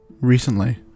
Recently